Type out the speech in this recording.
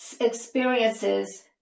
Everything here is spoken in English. experiences